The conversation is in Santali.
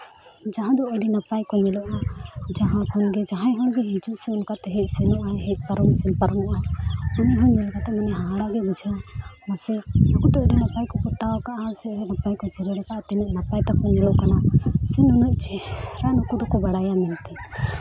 ᱡᱟᱦᱟᱸᱭ ᱫᱚ ᱟᱹᱰᱤ ᱱᱟᱯᱟᱭ ᱠᱚ ᱧᱮᱞᱚᱜᱼᱟ ᱡᱟᱦᱟᱸ ᱠᱷᱚᱱ ᱜᱮ ᱡᱟᱦᱟᱸᱭ ᱦᱚᱲᱜᱮ ᱦᱤᱡᱩᱜ ᱥᱮ ᱚᱱᱠᱟᱛᱮ ᱦᱮᱡ ᱥᱮᱱᱚᱜ ᱟᱭ ᱦᱮᱡ ᱯᱟᱨᱚᱢᱚᱜ ᱟᱭ ᱩᱱᱤ ᱦᱚᱸ ᱧᱮᱞ ᱠᱟᱛᱮᱫ ᱦᱟᱦᱟᱲᱟᱜ ᱜᱮᱭ ᱵᱩᱡᱷᱟᱹᱣᱟ ᱢᱟᱥᱮ ᱩᱱᱠᱩ ᱫᱚ ᱟᱹᱰᱤ ᱱᱟᱯᱟᱭ ᱠᱚ ᱯᱚᱛᱟᱣ ᱟᱠᱟᱫᱼᱟ ᱥᱮ ᱱᱟᱯᱟᱭ ᱠᱚ ᱡᱮᱨᱮᱲ ᱟᱠᱟᱫᱼᱟ ᱛᱤᱱᱟᱹᱜ ᱱᱟᱯᱟᱭ ᱛᱟᱠᱚ ᱧᱮᱞᱚᱜ ᱠᱟᱱᱟ ᱥᱮ ᱱᱩᱱᱟᱹᱜ ᱪᱮᱦᱨᱟ ᱱᱩᱠᱩ ᱫᱚᱠᱚ ᱵᱟᱲᱟᱭᱟ ᱢᱮᱱᱛᱮ